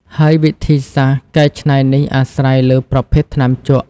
ហើយវិធីសាស្ត្រកែច្នៃនេះអាស្រ័យលើប្រភេទថ្នាំជក់។